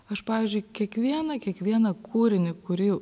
aš pavyzdžiui kiekvieną kiekvieną kūrinį kurį